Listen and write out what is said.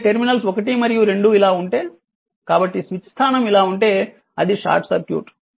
అయితే టెర్మినల్స్ 1 మరియు 2 ఇలా ఉంటే కాబట్టి స్విచ్ స్థానం ఇలా ఉంటే అది షార్ట్ సర్క్యూట్